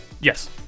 Yes